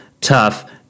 tough